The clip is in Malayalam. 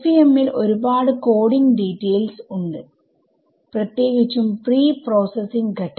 FEM ൽ ഒരു പാട് കോഡിങ് ഡീറ്റെയിൽസ് ഉണ്ട് പ്രത്യേകിച്ചും പ്രീ പ്രോസസ്സിംഗ് ഘട്ടത്തിൽ